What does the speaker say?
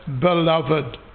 Beloved